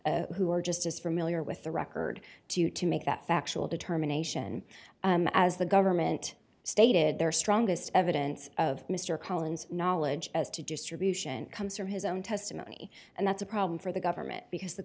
honor's who are just as familiar with the record to to make that factual determination as the government stated their strongest evidence of mr collins knowledge as to distribution comes from his own testimony and that's a problem for the government because the